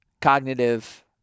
cognitive